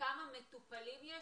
וכמה מטופלים יש?